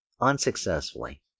Unsuccessfully